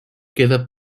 queda